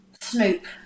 snoop